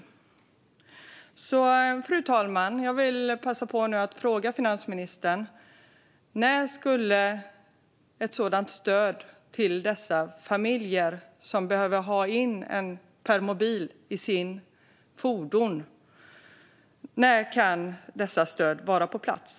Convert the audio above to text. Fru talman! Jag vill passa på att fråga finansministern när ett sådant stöd till familjer som denna, som behöver kunna få in en permobil i sitt fordon, kan vara på plats.